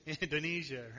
Indonesia